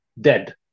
Dead